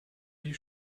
die